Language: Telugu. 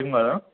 సిమ్ కదా